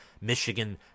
Michigan